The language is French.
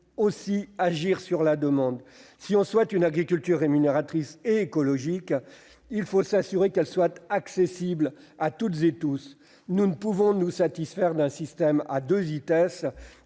d'agir sur la demande. Si l'on souhaite une agriculture rémunératrice et écologique, il faut s'assurer qu'elle soit accessible à toutes et tous. Nous ne pouvons pas nous satisfaire d'un système à deux vitesses,